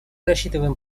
рассчитываем